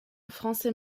français